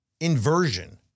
inversion